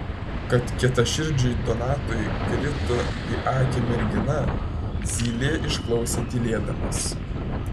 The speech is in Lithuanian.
kad kietaširdžiui donatui krito į akį mergina zylė išklausė tylėdamas